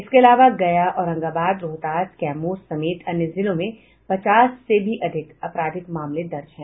इसके खिलाफ गया औरंगाबाद रोहतास कैमूर समेत अन्य जिलों में पचास से भी अधिक आपराधिक मामले दर्ज हैं